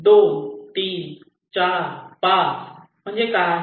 2 3 4 5 म्हणजे काय